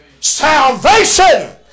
Salvation